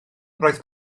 roedd